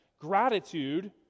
Gratitude